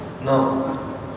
No